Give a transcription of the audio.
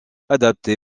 adaptés